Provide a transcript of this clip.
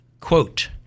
quote